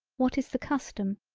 what is the custom,